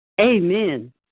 Amen